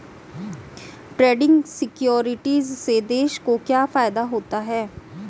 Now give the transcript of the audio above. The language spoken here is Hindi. ट्रेडिंग सिक्योरिटीज़ से देश को क्या फायदा होता है?